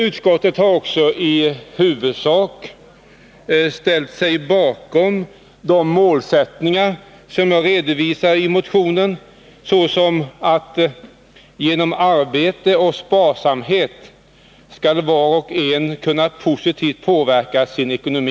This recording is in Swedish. Utskottet har också i huvudsak ställt sig bakom de målsättningar som jag redovisar i motionen, såsom: ”- Genom arbete och sparsamhet skall var och en kunna positivt påverka sin ekonomi.